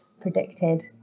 predicted